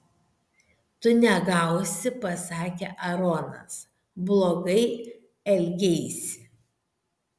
tu negausi pasakė aaronas blogai elgeisi